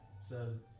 says